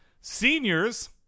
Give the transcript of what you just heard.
Seniors